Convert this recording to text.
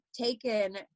taken